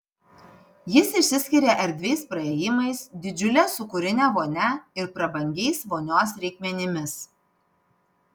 jis išsiskiria erdviais praėjimais didžiule sūkurine vonia ir prabangiais vonios reikmenimis